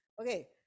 Okay